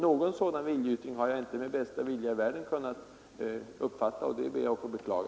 Någon sådan viljeyttring har jag inte med bästa vilja i världen kunnat uppfatta, och det ber jag att få beklaga.